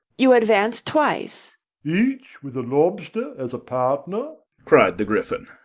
you advance twice each with a lobster as a partner cried the gryphon.